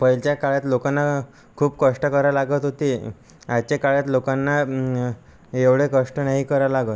पहिलीच्या काळात लोकांना खूप कष्ट करावे लागत होते आजच्या काळात लोकांना एवढे कष्ट नाही करावे लागत